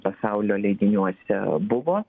pasaulio leidiniuose buvo